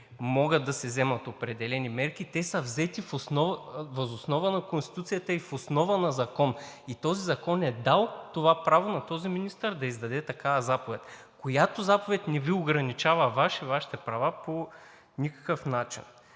могат да се вземат определени мерки. Те са взети въз основа на Конституцията и в основа на закон. И този закон е дал това право на този министър да издаде такава заповед, която заповед не ограничава Вас и Вашите права по никакъв начин.